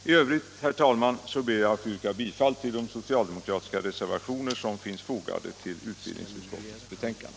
I övrigt, herr talman, ber jag att få yrka bifall till de socialdemokratiska reservationer som finns fogade till utbildningsutskottets betänkande.